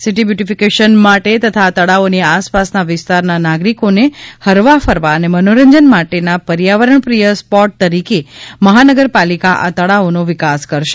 city beautification માટે તથા આ તળાવોની આસપાસના વિસ્તારના નાગરિકોને હરવા ફરવા અને મનોરંજન માટેના પર્યાવરણ પ્રિય સ્પોટ તરીકે મહાનગરપાલિકા આ તળાવોનો વિકાસ કરશે